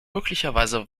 möglicherweise